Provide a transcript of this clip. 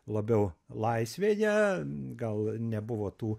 labiau laisvėje gal nebuvo tų